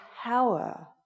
power